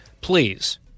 please